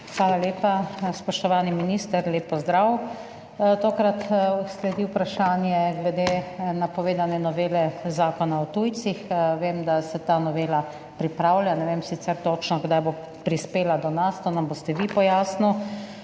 Hvala lepa. Spoštovani minister, lep pozdrav! Tokrat sledi vprašanje glede napovedane novele Zakona o tujcih. Vem, da se ta novela pripravlja, ne vem sicer točno, kdaj bo prispela do nas, to nam boste vi pojasnil.